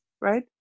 right